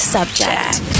Subject